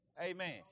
Amen